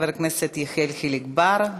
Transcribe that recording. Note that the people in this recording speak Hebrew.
חברי הכנסת יחיאל חיליק בר,